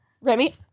Remy